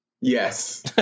Yes